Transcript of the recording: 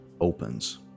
opens